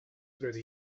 through